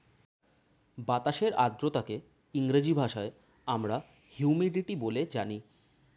বাতাসের আর্দ্রতাকে ইংরেজি ভাষায় আমরা হিউমিডিটি বলে জানি